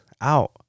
out